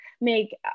make